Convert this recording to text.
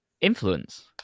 influence